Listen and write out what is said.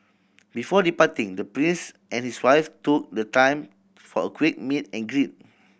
before departing the Prince and his wife took the time for a quick meet and greet